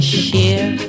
share